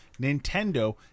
Nintendo